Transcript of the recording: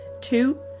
Two